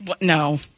No